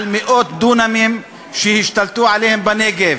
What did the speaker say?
על מאות דונמים שהשתלטו עליהם בנגב,